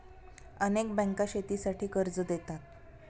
अनेक बँका शेतीसाठी कर्ज देतात